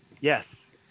yes